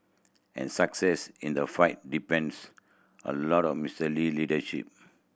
and success in the fight depends a lot on Mister Lee leadership